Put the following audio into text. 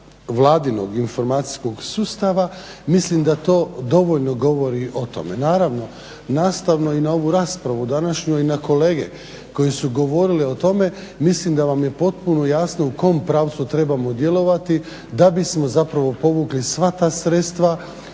Vladinog informacijskog sustava mislim da to dovoljno govori o tome. Naravno nastavno i na ovu raspravu današnju i na kolege koji su govorili o tome mislim da vam je potpuno jasno u kom pravcu trebamo djelovati da bismo zapravo povukli sva ta sredstva